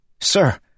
Sir